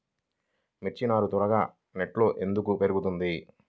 మిర్చి నారు త్వరగా నెట్లో ఎందుకు పెరుగుతుంది?